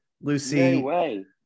Lucy